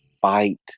fight